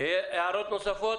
הערות נוספות.